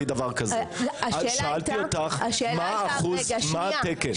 שאלתי אותך מה התקן.